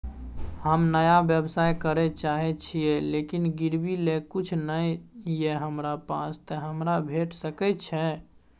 हम नया व्यवसाय करै चाहे छिये लेकिन गिरवी ले किछ नय ये हमरा पास त हमरा भेट सकै छै?